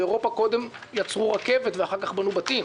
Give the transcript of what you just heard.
באירופה קודם יצרו רכבת ואחר כך בנו בתים.